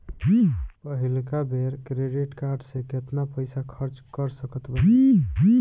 पहिलका बेर credit card से केतना पईसा खर्चा कर सकत बानी?